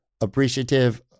appreciative